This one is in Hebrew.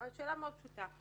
שאלה מאוד פשוטה.